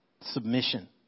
submission